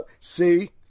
See